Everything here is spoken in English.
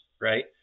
Right